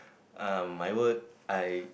ah my work I